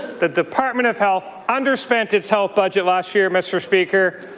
the department of health under spent its health budget last year, mr. speaker.